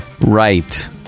Right